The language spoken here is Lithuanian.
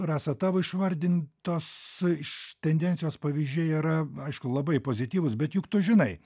rasa tavo išvardintos iš tendencijos pavyzdžiai yra aišku labai pozityvūs bet juk tu žinai